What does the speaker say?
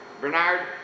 Bernard